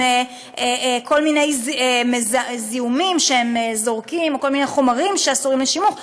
עם כל מיני זיהומים שהם זורקים או כל מיני חומרים שאסורים לשימוש.